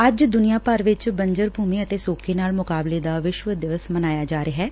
ੱਜ ਦੂਨੀਆਂ ਭਰ ਵਿਚ ਬੰਜਰ ਭੁਮੀ ਅਤੇ ਸੋਕੇ ਨਾਲ ਮੁਕਾਬਲੇ ਦਾ ਵਿਸ਼ਵ ਦਿਸਵ ਮਨਾਇਆ ਜਾ ਰਿਹੈ